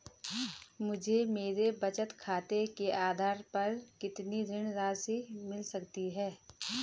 मुझे मेरे बचत खाते के आधार पर कितनी ऋण राशि मिल सकती है?